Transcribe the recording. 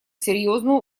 серьезную